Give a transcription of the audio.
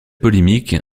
polémique